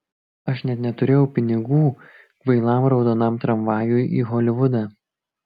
aš net neturėjau pinigų kvailam raudonam tramvajui į holivudą